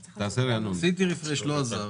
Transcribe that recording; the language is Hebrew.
הנה, זה מופיע.